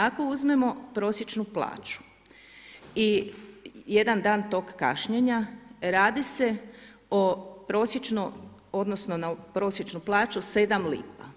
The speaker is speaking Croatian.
Ako uzmemo prosječnu plaću i jedan dan tog kašnjenja, radi se o prosječno odnosno na prosječnu plaću sedam lipa.